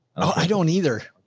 i don't either.